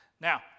Now